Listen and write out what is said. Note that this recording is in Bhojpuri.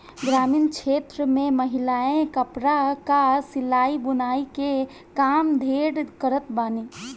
ग्रामीण क्षेत्र में महिलायें कपड़ा कअ सिलाई बुनाई के काम ढेर करत बानी